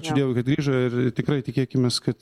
ačiū dievui kad grįžo ir ir tikrai tikėkimės kad